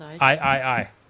I-I-I